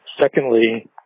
Secondly